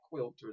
quilters